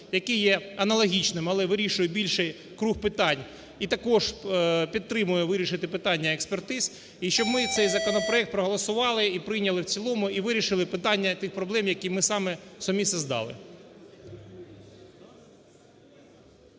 який є аналогічним, але вирішує більший круг питань. І також підтримує вирішити питання експертиз і щоб ми цей законопроект проголосували і прийняли в цілому. І вирішили питання тих проблем, які ми самі создали.